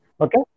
Okay